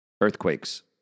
earthquakes